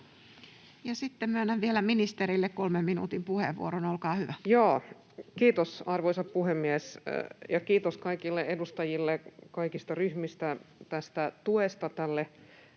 sitten myönnän vielä ministerille 3 minuutin puheenvuoron. — Olkaa hyvä. Kiitos, arvoisa puhemies! Kiitos kaikille edustajille kaikista ryhmistä tuesta tälle